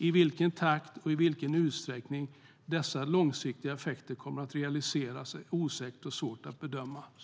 I vilken takt och i vilken utsträckning dessa långsiktiga effekter kommer att realiseras är osäkert och svårt att bedöma.